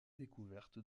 découverte